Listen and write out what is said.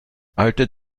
alte